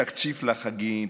תקציב לחגים,